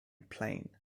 plane